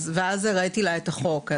אז הראיתי לה את החוק.